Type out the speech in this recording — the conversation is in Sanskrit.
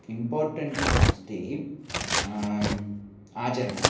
इम्पार्टेण्ट् अस्ति आचरणम्